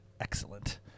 excellent